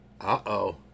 uh-oh